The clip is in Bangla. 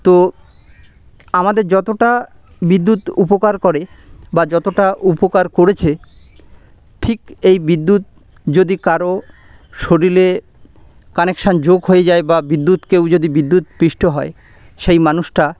তো আমাদের যতটা বিদ্যুৎ উপকার করে বা যতটা উপকার করেছে ঠিক এই বিদ্যুৎ যদি কারো শরীরে কানেকশন যোগ হয়ে যায় বা বিদ্যুৎ কেউ যদি বিদ্যুৎস্পৃষ্ট হয় সেই মানুষটা